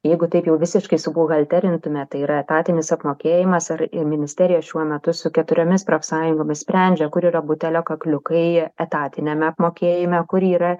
jeigu taip jau visiškai subuhalterintume tai yra etatinis apmokėjimas ir ministerija šiuo metu su keturiomis profsąjungomis sprendžia kur yra butelio kakliukai etatiniame apmokėjime kur yra